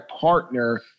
partner